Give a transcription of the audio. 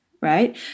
right